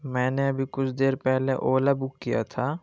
میں نے ابھی کچھ دیر پہلے اولا بک کیا تھا